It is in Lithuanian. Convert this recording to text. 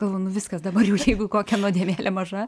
galvoju nu viskas dabar jau jeigu kokia nuodėmėlė maža